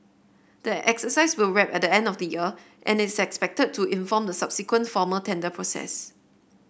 the exercise will wrap at the end of the year and is expected to inform the subsequent formal tender process